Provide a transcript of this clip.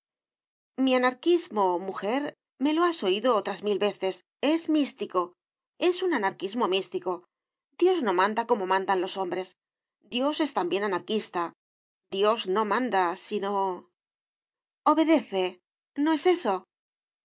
mi anarquismo mujer me lo has oído otras mil veces es místico es un anarquismo místico dios no manda como mandan los hombres dios es también anarquista dios no manda sino obedece no es eso tú